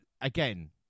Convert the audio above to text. again